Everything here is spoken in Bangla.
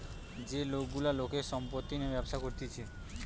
যে লোক গুলা লোকের সম্পত্তি নিয়ে ব্যবসা করতিছে